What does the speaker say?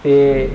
તે